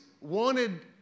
wanted